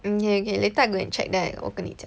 mm okay okay later I go and check then I 我跟你讲